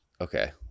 Okay